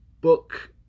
book